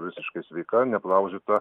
visiškai sveika neaplaužyta